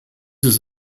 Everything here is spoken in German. ist